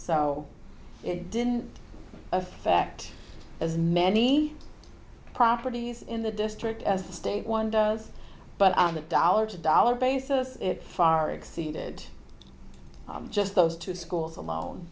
so it didn't affect as many properties in the district as the state one does but on that dollar to dollar basis it far exceeded just those two schools alone